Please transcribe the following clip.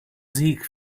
sieg